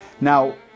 Now